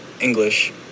English